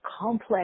complex